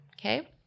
okay